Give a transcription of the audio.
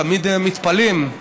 תמיד מתפלאים,